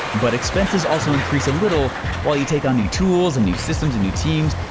but expenses also increase a little while you take on new tools and new systems, and new teams.